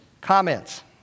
Comments